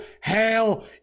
hell